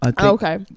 Okay